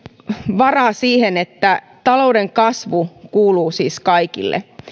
varaa siihen että talouden kasvu kuuluu siis kaikille